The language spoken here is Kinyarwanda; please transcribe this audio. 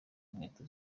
inkweto